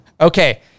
Okay